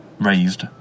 raised